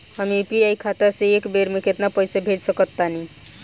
हम यू.पी.आई खाता से एक बेर म केतना पइसा भेज सकऽ तानि?